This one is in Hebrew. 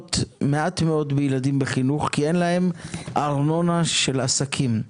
משקיעות מעט מאוד בילדים בחינוך כי אין להם ארנונה של עסקים,